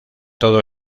todo